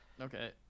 Okay